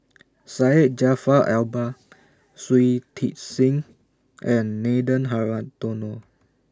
Syed Jaafar Albar Shui Tit Sing and Nathan Hartono